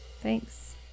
thanks